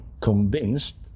convinced